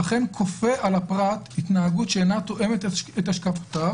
אכן כופה על הפרט התנהגות שאינה תואמת את השקפותיו